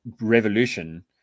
revolution